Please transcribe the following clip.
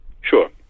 Sure